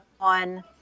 on